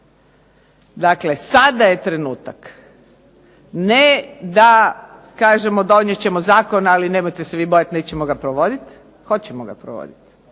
Dakle, sada je trenutak, ne da kažemo donijet ćemo zakon, ali nemojte se vi bojati nećemo ga provoditi, hoćemo ga provoditi,